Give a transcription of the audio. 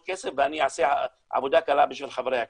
כסף ואני אעשה עבודה קלה בשביל חברי הכנסת.